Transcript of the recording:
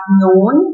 known